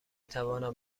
توانم